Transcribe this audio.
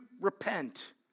repent